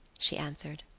she answered.